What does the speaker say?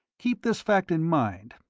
keep this fact in mind.